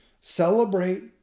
celebrate